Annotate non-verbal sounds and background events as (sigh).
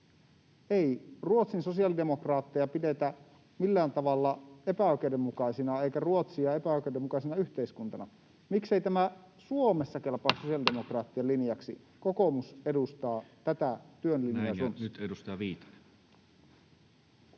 Ei Ruotsin sosiaalidemokraatteja pidetä millään tavalla epäoikeudenmukaisina eikä Ruotsia epäoikeudenmukaisena yhteiskuntana. Miksei tämä Suomessa kelpaa (noise) sosialidemokraattien linjaksi? Kokoomus edustaa tätä työn linjaa Suomessa. Näin. — Ja nyt edustaja Viitanen.